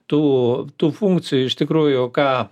tų tų funkcijų iš tikrųjų ką